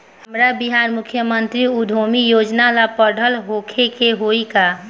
हमरा बिहार मुख्यमंत्री उद्यमी योजना ला पढ़ल होखे के होई का?